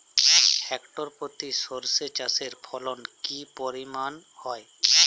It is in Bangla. হেক্টর প্রতি সর্ষে চাষের ফলন কি পরিমাণ হয়?